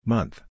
Month